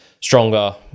stronger